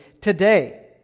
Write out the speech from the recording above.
today